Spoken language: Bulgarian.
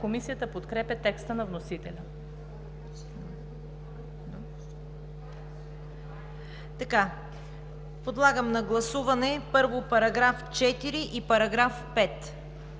Комисията подкрепя текста на вносителя